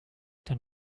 dann